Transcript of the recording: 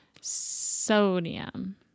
Sodium